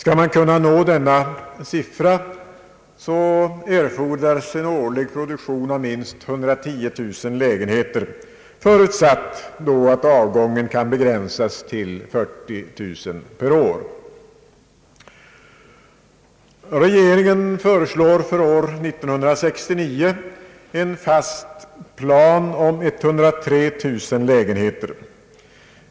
Om detta mål skall kunna uppnås erfordras en årsproduktion av minst 110 009 lägenheter under förutsättning att avgången kan begränsas till 40 000 lägenheter per år. För år 1969 föreslår regeringen en fast plan som omfattar 103 000 lägenheter.